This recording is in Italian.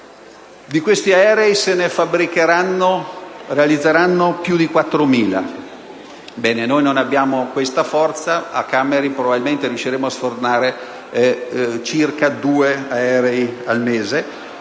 Di questi aerei se ne realizzeranno più di 4.000. Ebbene, noi non abbiamo questa forza (a Cameri probabilmente riusciremo a sfornare circa due aerei al mese),